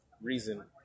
Reason